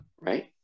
Right